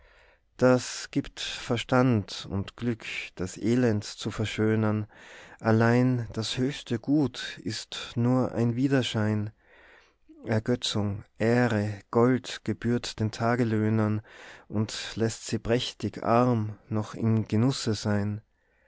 das gibt verstand und glück das elend zu verschönern allein das höchste gut ist nur ein widerschein ergötzung ehre gold gebührt den tagelöhnern und lässt sie prächtig arm noch im genusse sein